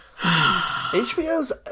HBO's